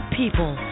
people